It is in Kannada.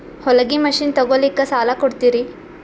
ಹೊಲಗಿ ಮಷಿನ್ ತೊಗೊಲಿಕ್ಕ ಸಾಲಾ ಕೊಡ್ತಿರಿ?